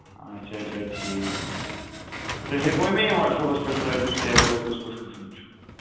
اَچھا اَچھا ٹھیٖک تُہۍ ہیٚکوا مےٚ یِم واٹسیپَس پٮ۪ٹھ ترٛٲوِتھ یِم سیرِ تۄہہِ کُس کُس قٕسٕم چھُو